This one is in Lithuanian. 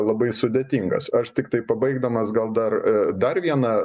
labai sudėtingas aš tiktai pabaigdamas gal dar dar vieną